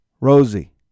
Rosie